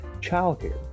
childcare